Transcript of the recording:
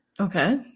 Okay